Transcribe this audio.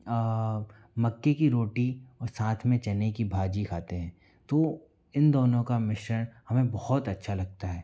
मक्के की रोटी और साथ में चने की भाजी खाते हैं तो इन दोनों का मिश्रण हमें बहुत अच्छा लगता है